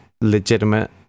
legitimate